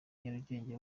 nyarugenge